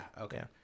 okay